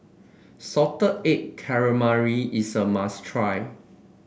Salted Egg Calamari is a must try